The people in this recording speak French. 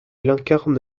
incarne